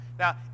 Now